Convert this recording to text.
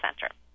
Center